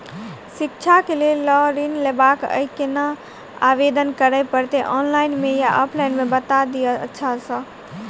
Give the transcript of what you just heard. शिक्षा केँ लेल लऽ ऋण लेबाक अई केना आवेदन करै पड़तै ऑनलाइन मे या ऑफलाइन मे बता दिय अच्छा सऽ?